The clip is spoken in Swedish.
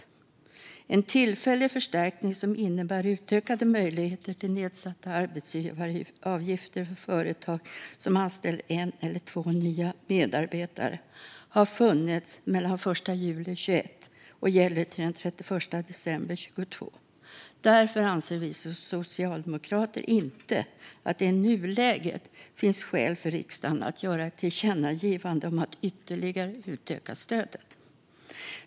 Det finns en tillfällig förstärkning som innebär utökade möjligheter till nedsatta arbetsgivaravgifter för företag som anställer en eller två nya medarbetare. Den har funnits sedan den 1 juli 2021 och gäller till den 31 december 2022. Därför anser vi socialdemokrater inte att det i nuläget finns skäl för riksdagen att göra ett tillkännagivande om att ytterligare utöka stödet.